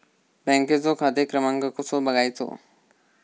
बँकेचो खाते क्रमांक कसो बगायचो?